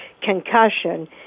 Concussion